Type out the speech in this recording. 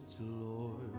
Lord